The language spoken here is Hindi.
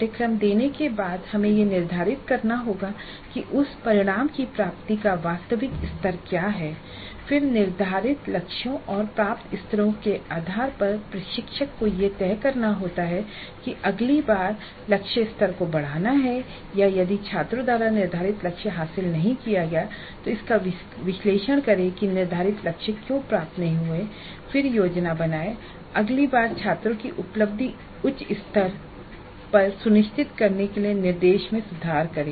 पाठ्यक्रम देने के बाद हमें यह निर्धारित करना होगा कि उस परिणाम की प्राप्ति का वास्तविक स्तर क्या है और फिर निर्धारित लक्ष्यों और प्राप्त स्तरों के आधार पर प्रशिक्षक को यह तय करना होता है कि अगली बार लक्ष्य स्तर को बढ़ाना है या यदि छात्रों द्वारा निर्धारित लक्ष्य हासिल नहीं किया गया है तो इसका विश्लेषण करें कि निर्धारित लक्ष्य क्यों प्राप्त नहीं हुए हैं और फिर योजना बनाएं अगली बार छात्रों की उपलब्धि उच्च स्तर लक्ष्य के करीब पर सुनिश्चित करने के लिए निर्देश में सुधार करे